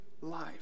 life